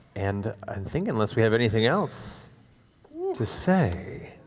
and i think, unless we have anything else to say.